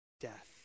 death